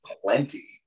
plenty